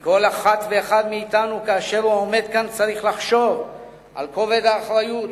שכל אחד ואחת מאתנו כאשר הוא עומד כאן צריך לחשוב על כובד האחריות,